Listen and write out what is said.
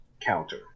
counter